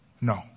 No